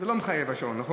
זה לא מחייב, השעון, נכון?